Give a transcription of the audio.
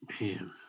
man